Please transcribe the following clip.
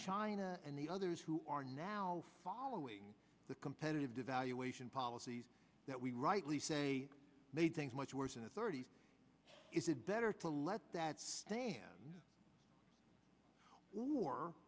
china and the others who are now following the competitive devaluation policies that we rightly say made things much worse in the thirty's is it better to let that stand